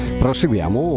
proseguiamo